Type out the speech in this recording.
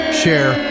share